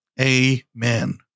Amen